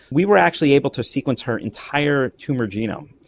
we were actually able to sequence her entire tumour genome,